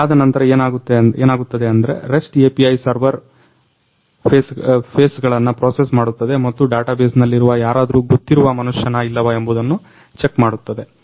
ಇದಾದ ನಂತರ ಏನಾಗುತ್ತದೆ ಅಂದ್ರೆ REST API ಸರ್ವೇರ್ ಫೇಸ್ಗಳನ್ನು ಪ್ರೊಸೆಸ್ ಮಾಡುತ್ತದೆ ಮತ್ತು ಡಾಟಬೇಸ್ನಲ್ಲಿರುವ ಯಾರಾದ್ರು ಗೊತ್ತಿರುವ ಮನುಷ್ಯನಾ ಇಲ್ಲವಾ ಎಂಬುದನ್ನ ಚೆಕ್ ಮಾಡುತ್ತದೆ